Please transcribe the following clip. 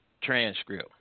transcript